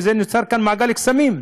ונוצר כאן מעגל קסמים: